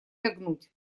лягнуть